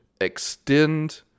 extend